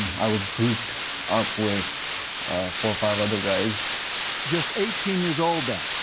i was grouped up with four or five other guys just eighteen years old then,